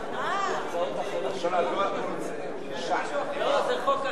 לא, זה חוק אחר.